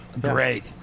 Great